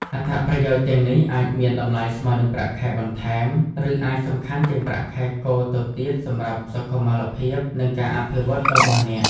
អត្ថប្រយោជន៍ទាំងនេះអាចមានតម្លៃស្មើនឹងប្រាក់ខែបន្ថែម ឬអាចសំខាន់ជាងប្រាក់ខែគោលទៅទៀតសម្រាប់សុខុមាលភាព និងការអភិវឌ្ឍរបស់អ្នក។